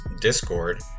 Discord